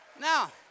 Now